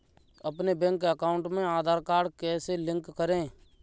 अपने bank account में Aadhaar card कैसे लिंक करें?